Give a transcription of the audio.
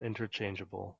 interchangeable